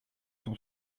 cent